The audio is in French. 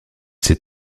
sais